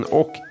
och